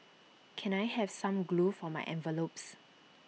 can I have some glue for my envelopes